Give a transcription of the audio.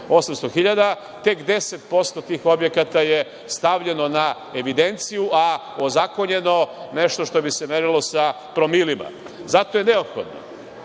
hiljada, tek 10% tih objekata je stavljeno na evidenciju, a ozakonjeno nešto što bi se merilo sa promilima. Zato je neophodno